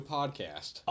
Podcast